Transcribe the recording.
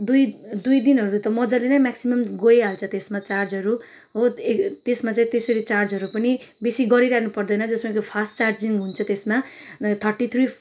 दुई दुई दिनहरू त मजाले म्याक्सिमम गइहाल्छ त्यसमा चार्जहरू हो त्यसमा चाहिँ त्यसरी चार्जहरू पनि बेसी गरिरहनु पर्दैन जसमा कि फास्ट चार्जिङ हुन्छ त्यसमा थर्टी थ्री